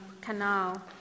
canal